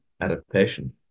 adaptation